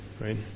right